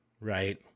right